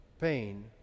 pain